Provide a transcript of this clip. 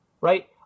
right